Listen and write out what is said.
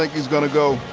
like he's going to go.